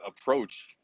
approach